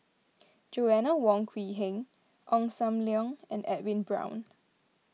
Joanna Wong Quee Heng Ong Sam Leong and Edwin Brown